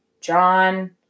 John